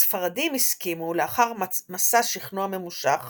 הספרדים הסכימו, לאחר מסע שכנוע ממושך